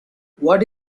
what